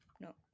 no